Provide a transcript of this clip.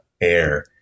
air